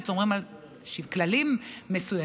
ששומרים על איזשהם כללים מסוימים,